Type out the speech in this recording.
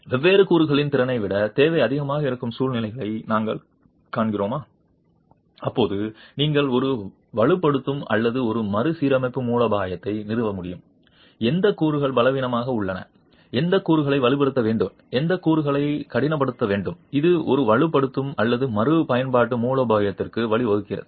வெவ்வேறு கூறுகளின் திறனை விட தேவை அதிகமாக இருக்கும் சூழ்நிலைகளை நாங்கள் காண்கிறோமா அப்போது நீங்கள் ஒரு வலுப்படுத்தும் அல்லது ஒரு மறுசீரமைப்பு மூலோபாயத்தை நிறுவ முடியும் எந்த கூறுகள் பலவீனமாக உள்ளன எந்த கூறுகளை வலுப்படுத்த வேண்டும் எந்த கூறுகளை கடினப்படுத்த வேண்டும் இது ஒரு வலுப்படுத்தும் அல்லது மறுபயன்பாட்டு மூலோபாயத்திற்கு வழிவகுக்கிறது